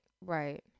right